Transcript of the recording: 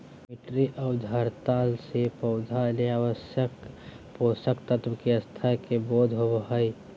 मिटटी उर्वरता से पौधा ले आवश्यक पोषक तत्व के स्तर के बोध होबो हइ